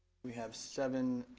we have seven